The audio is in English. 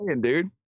dude